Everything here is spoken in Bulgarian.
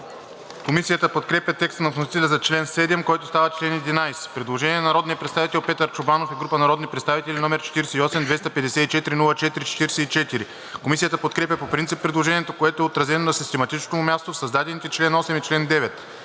Комисията подкрепя текста на вносителя за чл. 7, който става чл. 11. Предложение на народния представител Петър Чобанов и група народни представители, № 48-254-04-44. Комисията подкрепя по принцип предложението, което е отразено на систематичното му място в създадените чл. 8 и 9.